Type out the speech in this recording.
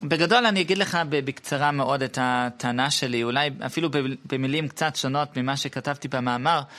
בגדול אני אגיד לך בקצרה מאוד את הטענה שלי, אולי אפילו במילים קצת שונות ממה שכתבתי במאמר.